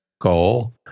goal